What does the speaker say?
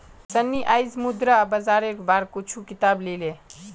सन्नी आईज मुद्रा बाजारेर बार कुछू किताब ली ले